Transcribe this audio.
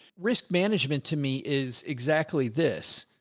risk management to me is exactly this,